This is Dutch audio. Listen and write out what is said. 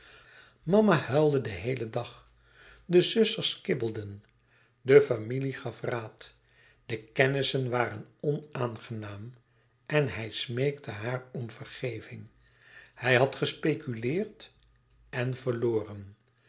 mama huilde den heelen dag de zusters kibbelden de familie gaf raad de kennissen waren onaangenaam en hij smeekte haar om vergeving hij had gespeculeerd en verloren